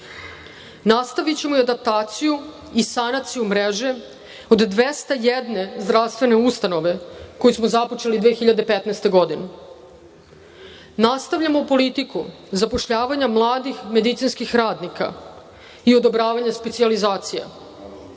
regionu. Nastavićemo adaptacija i sanaciju mreže od 201 zdravstvene ustanove koju smo započeli 2015. godine. Nastavljamo politiku zapošljavanja mladih medicinskih radnika i odobravanje specijalizacija.